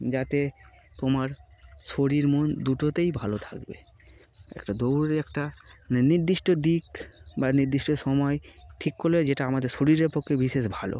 যাতে তোমার শরীর মন দুটোতেই ভালো থাকবে একটা দৌড়ে একটা নির্দিষ্ট দিক বা নির্দিষ্ট সময় ঠিক করলে যেটা আমাদের শরীরের পক্ষে বিশেষ ভালো